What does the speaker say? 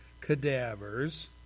cadavers